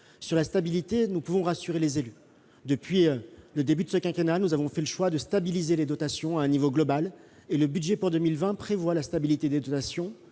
Sur la stabilité, nous pouvons rassurer les élus. Depuis le début de ce quinquennat, nous avons fait le choix de stabiliser les dotations à un niveau global : le budget pour 2020 prévoit la stabilité de la